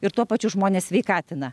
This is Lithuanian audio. ir tuo pačiu žmones sveikatina